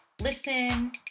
Listen